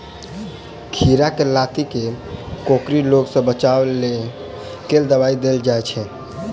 खीरा केँ लाती केँ कोकरी रोग सऽ बचाब केँ लेल केँ दवाई देल जाय छैय?